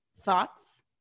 Thoughts